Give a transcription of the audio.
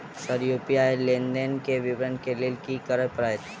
Sir UPI लेनदेन केँ विवरण केँ लेल की करऽ परतै?